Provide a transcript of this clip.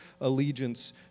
allegiance